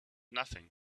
nothing